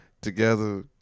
together